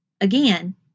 again